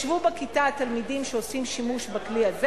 ישבו בכיתה תלמידים שעושים שימוש בכלי הזה